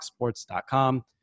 FoxSports.com